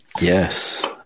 yes